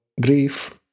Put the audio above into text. grief